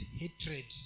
hatred